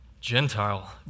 Gentile